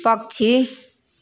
पक्षी